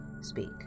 speak